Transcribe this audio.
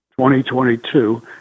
2022